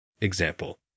Example